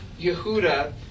Yehuda